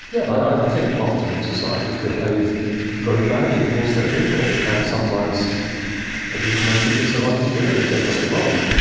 yeah i think often societies behave very badly towards their people, and sometimes the people may think it's the right thing to do. they're just wrong.